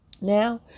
Now